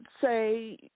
say